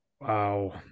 Wow